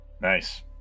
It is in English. nice